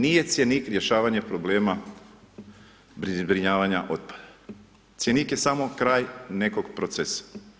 Nije cjenik rješavanje problema zbrinjavanja otpada, cjenik je samo kraj nekog procesa.